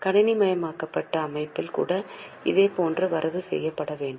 கணினிமயமாக்கப்பட்ட அமைப்பில் கூட இதே போன்ற வரவு செய்யப்பட வேண்டும்